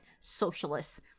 socialists